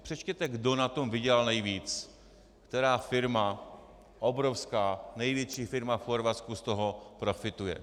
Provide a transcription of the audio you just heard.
Přečtěte si, kdo na tom vydělal nejvíc, která firma, obrovská, největší firma v Chorvatsku z toho profituje.